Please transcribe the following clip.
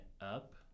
up